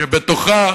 שבתוכה